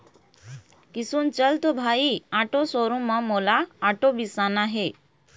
किसुन चल तो भाई आटो शोरूम म मोला आटो बिसाना हे